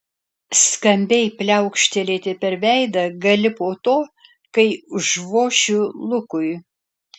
skambiai pliaukštelėti per veidą gali po to kai užvošiu lukui